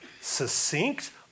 succinct